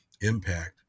impact